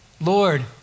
Lord